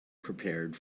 prepared